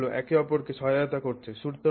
মোমেন্টগুলি একে অপরকে সহায়তা করছে